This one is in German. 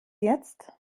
jetzt